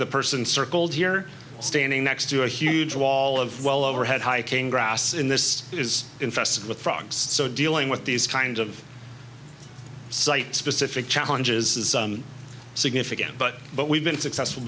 the person circled here standing next to a huge wall of well overhead hiking grass in this is infested with frogs so dealing with these kinds of site specific challenges is significant but but we've been successful